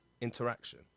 interaction